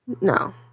No